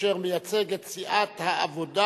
אשר מייצג את סיעת העבודה.